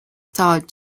starred